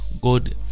God